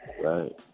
right